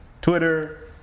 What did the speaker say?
Twitter